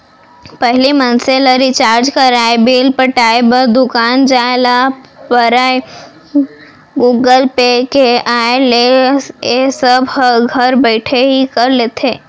पहिली मनसे ल रिचार्ज कराय, बिल पटाय बर दुकान जाय ल परयए गुगल पे के आय ले ए सब ह घर बइठे ही कर लेथे